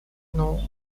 nor